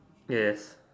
yes